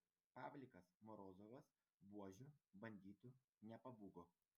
pavlikas morozovas buožių banditų nepabūgo